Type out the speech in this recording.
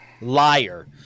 Liar